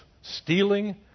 Stealing